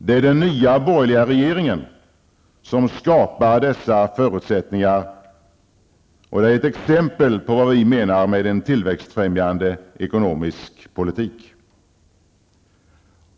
Det är den nya borgerliga regeringen som skapar dessa förutsättningar, och det är ett exempel på vad vi menar med en tillväxtfrämjande ekonomiskt politik.